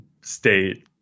state